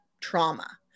trauma